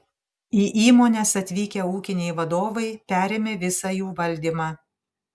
į įmones atvykę ūkiniai vadovai perėmė visą jų valdymą